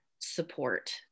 support